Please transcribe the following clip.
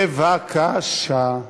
בבקשה.